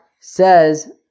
says